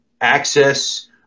access